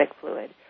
fluid